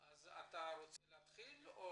אתה רוצה להסביר לנו?